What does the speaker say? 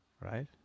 Right